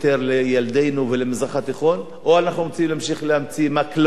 או שאנחנו רוצים להמשיך להמציא מקלות בגלגלי התהליך המדיני.